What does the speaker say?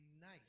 night